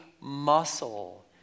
muscle